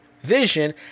Vision